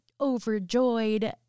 overjoyed